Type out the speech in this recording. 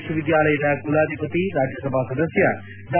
ವಿಶ್ವವಿದ್ನಾಲಯದ ಕುಲಾಧಿಪತಿ ರಾಜ್ಯಸಭಾ ಸದಸ್ನ ಡಾ